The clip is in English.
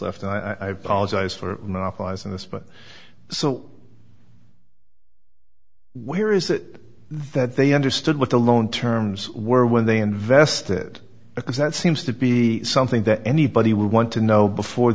but so where is it that they understood what the loan terms were when they invested because that seems to be something that anybody would want to know before